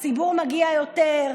לציבור מגיע יותר.